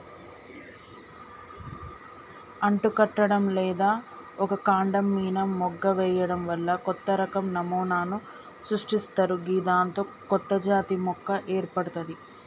అంటుకట్టడం లేదా ఒక కాండం మీన మొగ్గ వేయడం వల్ల కొత్తరకం నమూనాను సృష్టిస్తరు గిదాంతో కొత్తజాతి మొక్క ఏర్పడ్తది